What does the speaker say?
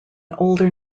older